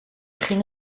ging